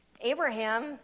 Abraham